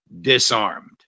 disarmed